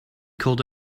called